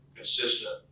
Consistent